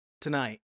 tonight